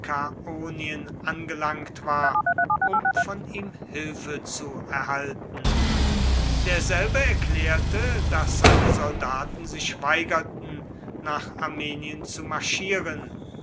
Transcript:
angelangt war um von ihm hilfe zu erhalten derselbe erklärte daß seine soldaten sich weigerten nach armenien zu marschieren